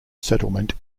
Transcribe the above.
settlement